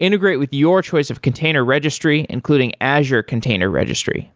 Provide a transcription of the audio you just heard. integrate with your choice of container registry, including azure container registry.